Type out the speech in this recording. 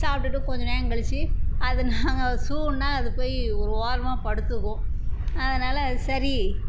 சாப்பிடுட்டு கொஞ்சம் நேரம் கழிச்சி அதை நாங்கள் ஸூன்னா அது போய் ஒரு ஓரமாக படுத்துக்கும் அதனால் அது சரி